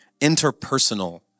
interpersonal